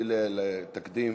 בלי תקדים,